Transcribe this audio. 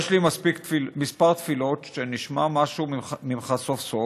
יש לי כמה תפילות: שנשמע משהו ממך סוף-סוף,